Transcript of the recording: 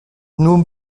nun